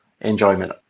enjoyment